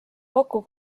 kokku